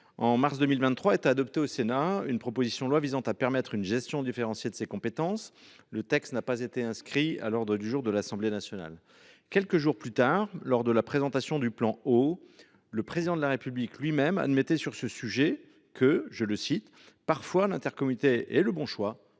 En mars 2023 a été adoptée au Sénat une proposition de loi visant à permettre une gestion différenciée de ces compétences. Ce texte n’a pas été inscrit à l’ordre du jour de l’Assemblée nationale. Quelques jours plus tard, lors de la présentation du plan Eau, le Président de la République admettait sur ce sujet que « parfois, l’intercommunalité est le bon choix,